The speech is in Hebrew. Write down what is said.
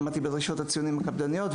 עמדתי בדרישות הציונים הקפדניות,